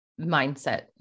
mindset